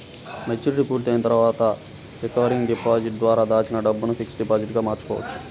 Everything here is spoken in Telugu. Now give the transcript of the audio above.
మెచ్యూరిటీ పూర్తయిన తర్వాత రికరింగ్ డిపాజిట్ ద్వారా దాచిన డబ్బును ఫిక్స్డ్ డిపాజిట్ గా మార్చుకోవచ్చు